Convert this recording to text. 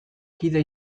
kide